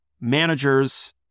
managers